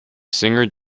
singer